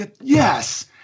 yes